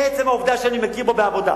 בעצם העובדה שאני מכיר בו בעבודה,